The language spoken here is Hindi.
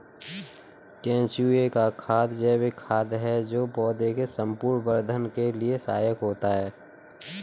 केंचुए का खाद जैविक खाद है जो पौधे के संपूर्ण वर्धन के लिए सहायक होता है